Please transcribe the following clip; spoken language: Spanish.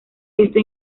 esto